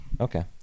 Okay